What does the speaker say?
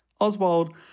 Oswald